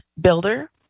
builder